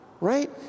Right